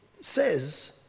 says